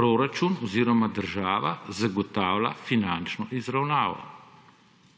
proračun oziroma država zagotavlja finančno izravnavo.